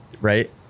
right